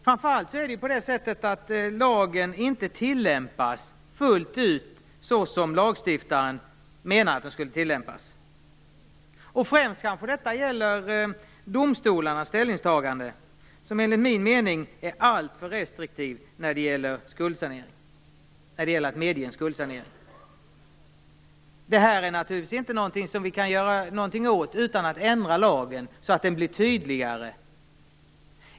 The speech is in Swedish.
Framför allt tillämpas lagen inte fullt ut så som lagstiftaren menade att den skulle tillämpas. Främst kanske detta gäller domstolarnas ställningstaganden; de är enligt min mening alltför restriktiva när det gäller att medge skuldsanering. Det är naturligtvis inte någonting som vi kan göra någonting åt utan att ändra lagen, så att den blir tydligare.